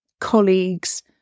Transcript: colleagues